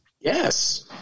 Yes